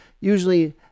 usually